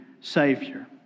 Savior